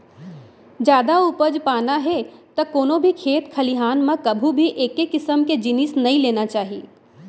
जादा उपज पाना हे त कोनो भी खेत खलिहान म कभू भी एके किसम के जिनिस नइ लेना चाही